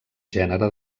gènere